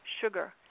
sugar